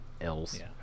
else